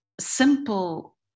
simple